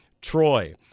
Troy